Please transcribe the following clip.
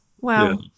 Wow